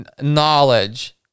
Knowledge